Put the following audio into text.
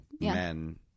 men